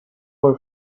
her